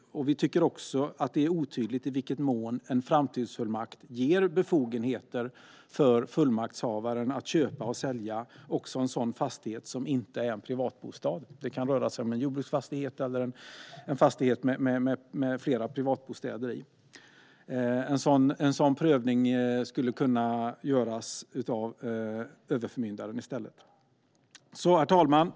Det är också otydligt i vilken mån en framtidsfullmakt ger fullmaktshavaren befogenhet att köpa och sälja också en fastighet som inte är privatbostad. Det kan röra sig om en jordbruksfastighet eller en fastighet med flera privatbostäder i. En sådan prövning skulle i stället kunna göras av överförmyndaren. Herr talman!